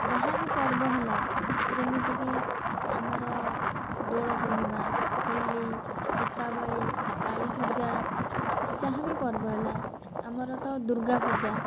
ଯାହା ବି ପର୍ବ ହେଲା ଯେମିତିକି ଆମର ଦୋଳପୂର୍ଣ୍ଣିମା ହୋଲି ଦୀପାବଳି କାଳୀ ପୂଜା ଯାହା ବି ପର୍ବ ହେଲା ଆମର ତ ଦୁର୍ଗା ପୂଜା